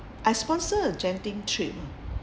I sponsor genting trip